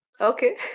Okay